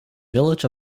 villages